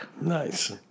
Nice